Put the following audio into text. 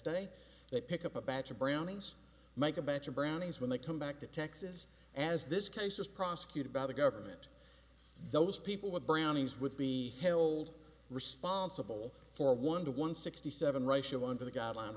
day they pick up a batch of brownies make a batch of brownies when they come back to texas as this case is prosecuted by the government those people with brownies would be held responsible for one to one sixty seven ratio under the guideline